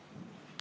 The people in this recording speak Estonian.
Kõik